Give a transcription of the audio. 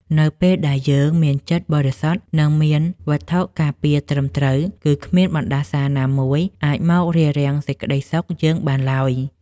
នៅពេលដែលយើងមានចិត្តបរិសុទ្ធនិងមានវត្ថុការពារត្រឹមត្រូវគឺគ្មានបណ្តាសាណាមួយអាចមករារាំងសេចក្តីសុខយើងបានឡើយ។